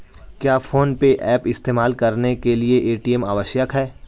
क्या PhonePe app इस्तेमाल करने के लिए ए.टी.एम आवश्यक है?